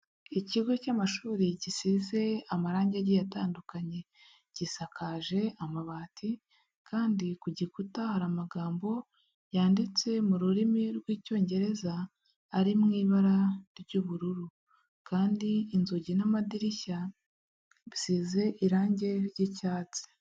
Ikigo cy'amashuri gisize amarange agiye atandukanye, gisakaje amabati kandi ku gikuta hari amagambo yanditse mu rurimi rw'Icyongereza ari mu ibara ry'ubururu kandi inzugi n'amadirishya bisize irange ry'icyatsi.